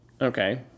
Okay